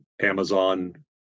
Amazon –